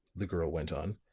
the girl went on,